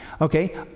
Okay